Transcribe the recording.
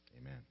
amen